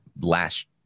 last